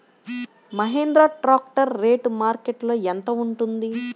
Mahindra tractor rate మార్కెట్లో యెంత ఉంటుంది?